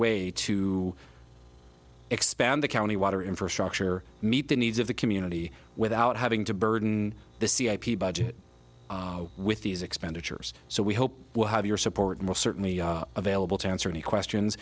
way to expand the county water infrastructure meet the needs of the community without having to burden the c i p budget with these expenditures so we hope we'll have your support and we'll certainly available to answer any questions